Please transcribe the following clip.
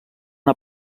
una